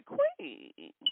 Queen